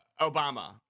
Obama